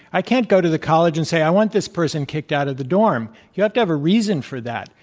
i can't go to the college and say, i want this person kicked out of the dorm. you have to have a reason for that,